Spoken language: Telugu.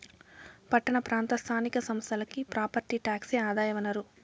పట్టణ ప్రాంత స్థానిక సంస్థలకి ప్రాపర్టీ టాక్సే ఆదాయ వనరు